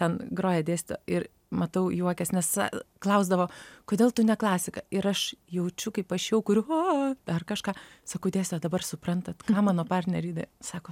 ten groja dėsto ir matau juokias nes klausdavo kodėl tu ne klasika ir aš jaučiu kaip aš jau kuriu dar kažką sakau tiesa dabar suprantat ką mano partnerė darydavo